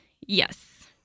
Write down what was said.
Yes